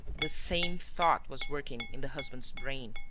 the same thought was working in the husband's brain.